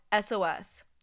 SOS